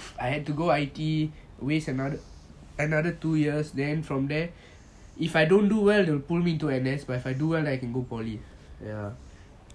if I had to go I_T_E waste another another two years then from there if I don't do well they will pull me into N_S but if I do well then I can go poly ya